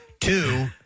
Two